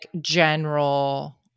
general